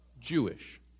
Jewish